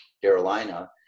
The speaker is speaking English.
Carolina